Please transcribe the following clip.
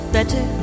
Better